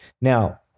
Now